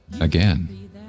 again